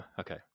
okay